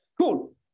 Cool